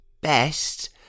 best